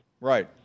Right